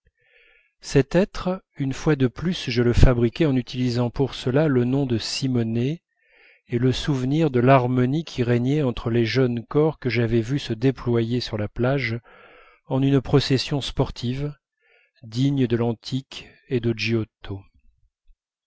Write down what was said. cet être une fois de plus je le fabriquais en utilisant pour cela le nom de simonet et le souvenir de l'harmonie qui régnait entre les jeunes corps que j'avais vus se déployer sur la plage en une procession sportive digne de l'antique et de